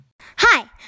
Hi